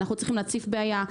אנחנו צריכים להציף בעיה,